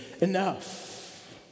enough